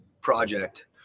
Project